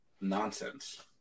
nonsense